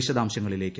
വിശദാംശങ്ങളിലേക്ക്